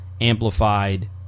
Amplified